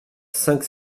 cinq